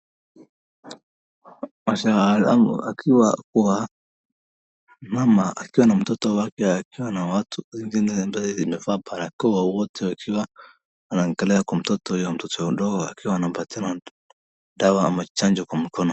Wataalamu akiwa wa mama akiwa na mtoto wake akiwa na watu zingine ambaye vimevaa barakoa wote akiwa wanaangalia kwa mtoto huyo mtoto mdogo akiwa amepatiwa dawa ama chanjo kwa mkono.